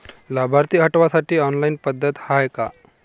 लाभार्थी हटवासाठी ऑनलाईन पद्धत हाय का?